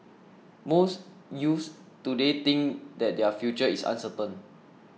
most youths today think that their future is uncertain